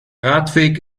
radweg